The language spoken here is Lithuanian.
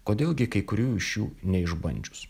kodėl gi kai kurių iš jų neišbandžius